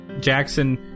Jackson